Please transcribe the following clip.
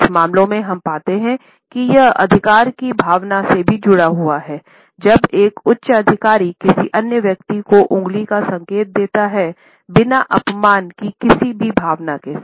कुछ मामलों में हम पाते हैं कि यह अधिकार की भावना से भी जुड़ा हुआ है जब एक उच्चाधिकारी किसी अन्य व्यक्ति को उंगली का संकेत देता है बिना अपमान की किसी भी भावना के साथ